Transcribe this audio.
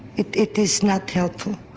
it it is not helpful.